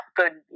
good